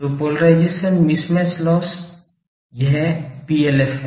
तो polarisation mismatch loss यह PLF है